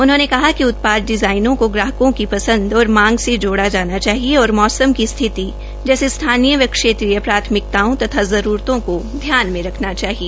उन्होंने कहा कि उत्पाद डिज़ाइनों को ग्राहक की पंसद और मांग से जोड़ा जाना चाहिए और मौसम की स्थिति जैसी स्थानीय व क्षेत्रीय प्राथमिकता तथा जरूरतों को ध्यान में रखना चाहिए